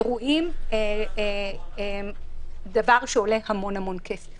אירועים הם דבר שעולה המון כסף